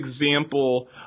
example